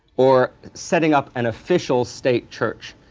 or setting up an official state church.